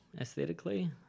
aesthetically